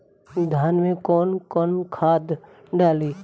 धान में कौन कौनखाद डाली?